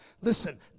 Listen